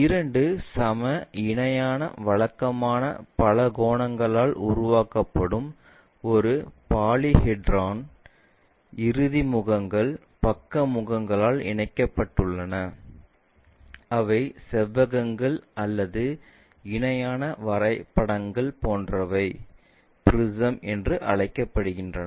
இரண்டு சம இணையான வழக்கமான பலகோணங்களால் உருவாக்கப்படுவது ஒரு பாலிஹெட்ரான் இறுதி முகங்கள் பக்க முகங்களால் இணைக்கப்பட்டுள்ளன அவை செவ்வகங்கள் அல்லது இணையான வரைபடங்கள் போன்றவை ப்ரிஸம் என்று அழைக்கப்படுகின்றன